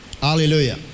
Hallelujah